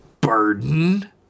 Burden